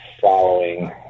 following